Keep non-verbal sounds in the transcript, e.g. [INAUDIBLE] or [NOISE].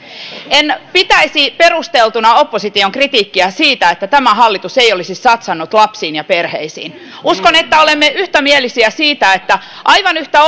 en pitäisi perusteltuna opposition kritiikkiä siitä että tämä hallitus ei olisi satsannut lapsiin ja perheisiin uskon että olemme yksimielisiä siitä että aivan yhtä [UNINTELLIGIBLE]